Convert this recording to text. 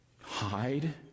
hide